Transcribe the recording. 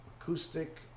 acoustic